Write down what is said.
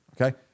Okay